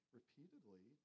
repeatedly